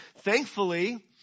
Thankfully